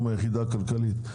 כי הוא מהיחידה הכלכלית.